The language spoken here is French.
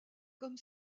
comme